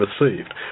received